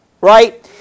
Right